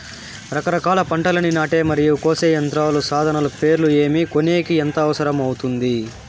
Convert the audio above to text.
రకరకాల పంటలని నాటే మరియు కోసే యంత్రాలు, సాధనాలు పేర్లు ఏమి, కొనేకి ఎంత అవసరం అవుతుంది?